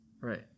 Right